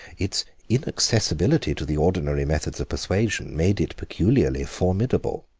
its inaccessibility to the ordinary methods of persuasion made it peculiarly formidable.